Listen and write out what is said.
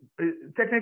technical